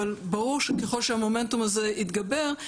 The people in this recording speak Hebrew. אבל ברור שככל שהמומנטום הזה יתגבר,